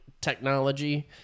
technology